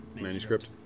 manuscript